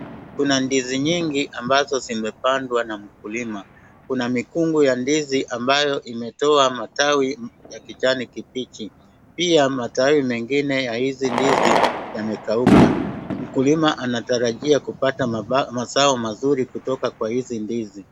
Kuna ndizi nyingi amabazo zimepandwa na mkulima .Kuna mikungu ya ndizi ambayo imetoa matawi ya kijani kibichi pia matawi mengine ya hizi ndizi yamekauka. Mkulima anatarajia kupata mazao mazuri kutoka kwa hizi ndizi.